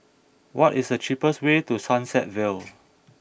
what is the cheapest way to Sunset Vale